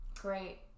Great